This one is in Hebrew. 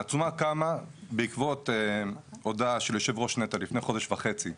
העצומה קמה בעקבות הודעה של יושב ראש נת"ע לפני חודש וחצי.